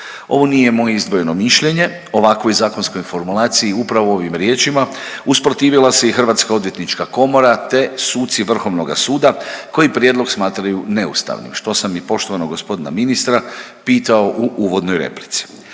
Ovo nije moje izdvojeno mišljenje, ovakvoj zakonskoj formulaciji upravo ovim riječima usprotivila se i Hrvatska odvjetnička komora te suci Vrhovnoga suda koji prijedlog smatraju neustavnim što sam i poštovanog gospodina ministra pitao u uvodnoj replici.